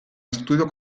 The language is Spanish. estudio